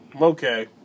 Okay